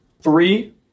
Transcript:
Three